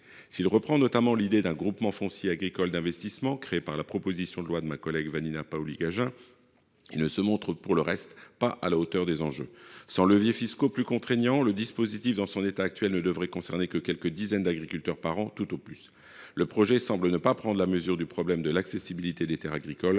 texte reprend notamment l’idée d’un groupement foncier agricole d’investissement (GFAI), un dispositif prévu dans la proposition de loi de notre collègue Vanina Paoli Gagin, il ne se montre, pour le reste, pas à la hauteur des enjeux. Faute de leviers fiscaux plus contraignants, le dispositif, dans son état actuel, ne devrait concerner que quelques dizaines d’agriculteurs par an – tout au plus. Le projet ne semble pas prendre la mesure du problème de l’accessibilité des terres agricoles